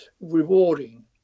rewarding